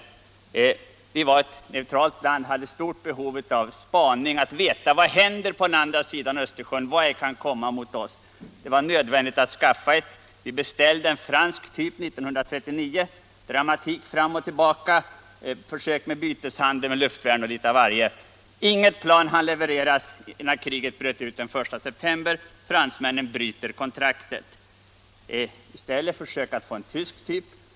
Sverige var ett neutralt land som hade stort behov av spaning, att veta vad som hände på andra sidan Östersjön. Det var nödvändigt att skaffa spaningsflygplan. Vi beställde en fransk typ 1939. Det var dramatiskt värre, och vi försökte oss på byteshandel med luftvärn och litet av varje. Inget plan hann levereras innan kriget bröt ut den 1 september. Fransmännen bröt kontraktet. I stället försökte vi få en tysk typ.